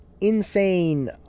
insane